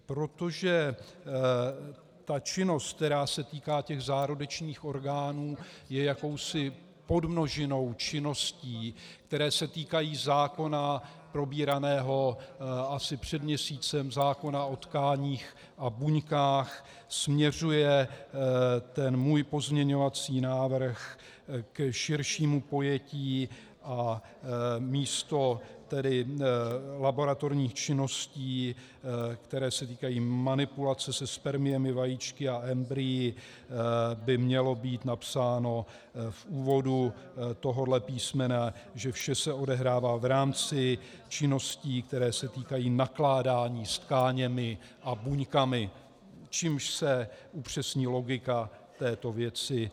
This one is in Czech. Protože ta činnost, která se týká těch zárodečných orgánů je jakousi podmnožinou činností, které se týkají zákona probíraného asi před měsícem, zákona o tkáních a buňkách, směřuje můj pozměňovací návrh k širšímu pojetí, a místo tedy laboratorních činností, které se týkají manipulace se spermiemi, vajíčky a embryi, by mělo být napsáno v úvodu tohohle písmene, že vše se odehrává v rámci činností, které se týkají nakládání s tkáněmi a buňkami, čímž se upřesní logika této věci.